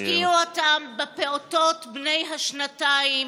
השקיעו אותם בפעוטות בני השנתיים,